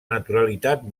naturalitat